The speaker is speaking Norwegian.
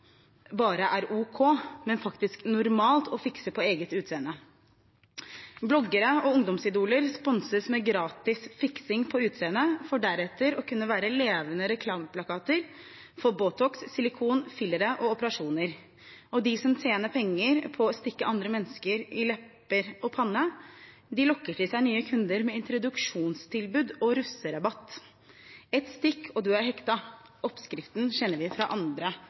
ok, men faktisk normalt å fikse på eget utseende. Bloggere og ungdomsidoler sponses med gratis fiksing på utseendet for deretter å kunne være levende reklameplakater for Botox, silikon, fillere og operasjoner. Og de som tjener penger på å stikke andre mennesker i lepper og panne, lokker til seg nye kunder med introduksjonstilbud og russerabatt. Et stikk, og du er hekta! Oppskriften kjenner vi fra andre